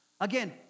Again